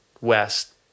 west